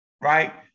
right